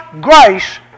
grace